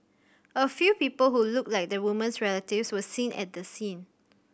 a few people who looked like the woman's relatives were seen at the scene